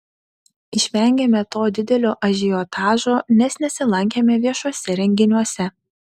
išvengėme to didelio ažiotažo nes nesilankėme viešuose renginiuose